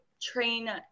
train